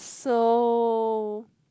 so